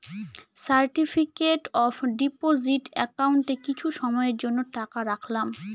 certificate of deposit একাউন্টে কিছু সময়ের জন্য টাকা রাখলাম